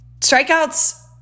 strikeouts